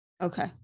okay